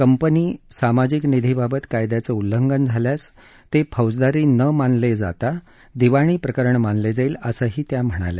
company सामाजिक निधी बाबत कायद्याचं उल्लंघन झाल्यास ते फौजदारी न मानले जाता दिवाणी प्रकरण मानले जाईल असंही त्या म्हणाल्या